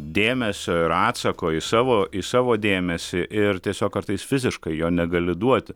dėmesio ir atsako į savo į savo dėmesį ir tiesiog kartais fiziškai jo negali duoti